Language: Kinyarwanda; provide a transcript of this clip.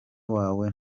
wawe